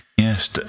Yes